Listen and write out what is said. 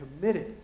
committed